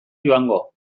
joango